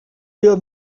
will